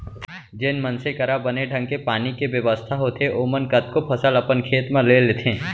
जेन मनसे करा बने ढंग के पानी के बेवस्था होथे ओमन कतको फसल अपन खेत म ले लेथें